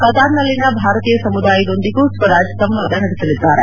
ಕತಾರ್ನಲ್ಲಿನ ಭಾರತೀಯ ಸಮುದಾಯದೊಂದಿಗೂ ಸ್ನರಾಜ್ ಸಂವಾದ ನಡೆಸಲಿದ್ದಾರೆ